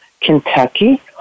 Kentucky